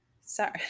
sorry